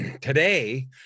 Today